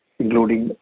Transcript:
including